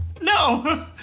no